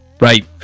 Right